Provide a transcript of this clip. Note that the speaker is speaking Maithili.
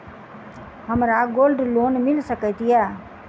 की हमरा गोल्ड लोन मिल सकैत ये?